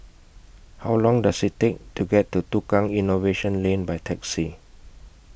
How Long Does IT Take to get to Tukang Innovation Lane By Taxi